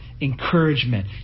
encouragement